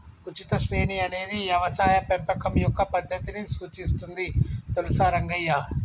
ఉచిత శ్రేణి అనేది యవసాయ పెంపకం యొక్క పద్దతిని సూచిస్తుంది తెలుసా రంగయ్య